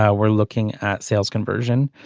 ah we're looking at sales conversion.